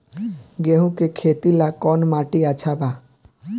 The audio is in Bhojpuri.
गेहूं के खेती ला कौन माटी अच्छा बा?